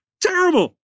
terrible